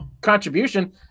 contribution